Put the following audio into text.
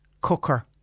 cooker